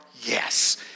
yes